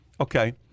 okay